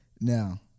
Now